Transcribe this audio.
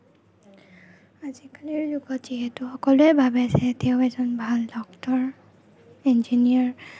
আজিকালিৰ যুগত যিহেতু সকলোৱে ভাৱে যে তেওঁ এজন ভাল ডক্টৰ ইঞ্জিনিয়াৰ